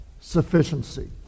sufficiency